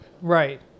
Right